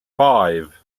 five